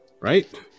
right